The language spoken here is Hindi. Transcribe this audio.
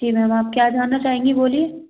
जी मैम आप क्या जानना चाहेंगी बोलिए